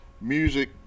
music